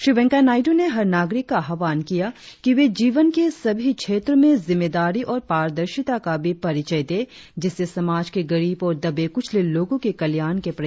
श्री वेंकैया नायड्र ने हर नागरिक का आह्वान किया कि वे जीवन के सभी क्षेत्रों में जिम्मेदारी और पारदर्शिता का भी पचियय दें जिससे समाज के गरीब और दबे कुचले लोगों के कल्याण के प्रयास सफल हों